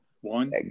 One